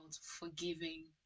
forgiving